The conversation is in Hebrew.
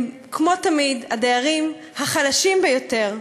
הם כמו תמיד הדיירים החלשים ביותר,